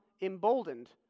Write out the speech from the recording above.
emboldened